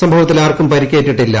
സംഭവത്തിൽ ആർക്കും പരിക്കേറ്റിട്ടില്ല